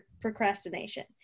procrastination